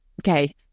okay